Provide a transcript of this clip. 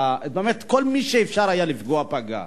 כל מי שאפשר היה לפגוע בו, הוא פגע בו.